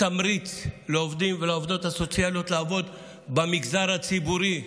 תמריץ לעובדים ולעובדות הסוציאליים לעבוד במגזר הציבורי.